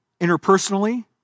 interpersonally